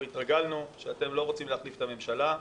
התרגלנו שאתם לא רוצים להחליף את הממשלה.